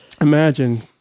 Imagine